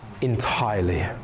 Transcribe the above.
entirely